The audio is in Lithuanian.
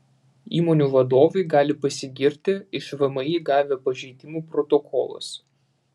įmonių vadovai gali pasigirti iš vmi gavę pažeidimų protokolus